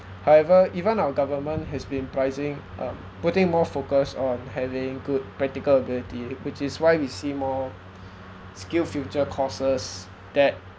however even our government has been pricing um putting more focus on having good practical ability which is why we see more skill future courses that